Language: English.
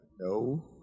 no